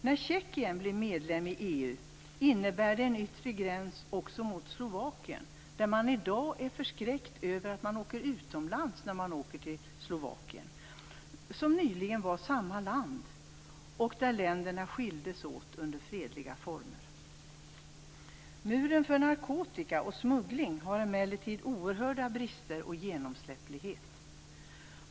När Tjeckien blir medlem i EU innebär det en yttre gräns också mot Slovakien. I dag är man förskräckt över att man åker utomlands när man åker till Slovakien. Det var ju nyligen samma land, och länderna skildes åt under fredliga former. Muren för narkotika och smuggling har emellertid oerhörda brister och en oerhörd genomsläpplighet.